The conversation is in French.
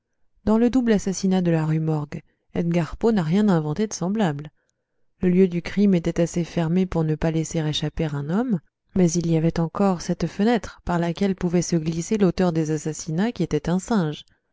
dans le double assassinat de la rue morgue edgar poe n'a rien inventé de semblable le lieu du crime était assez fermé pour ne pas laisser échapper un homme mais il y avait encore cette fenêtre par laquelle pouvait se glisser l'auteur des assassinats qui était un singe